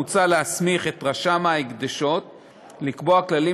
מוצע להסמיך את רשם ההקדשות לקבוע כללים